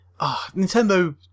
Nintendo